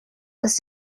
was